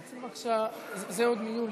הצעת החוק לא התקבלה.